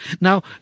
Now